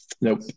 nope